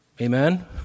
Amen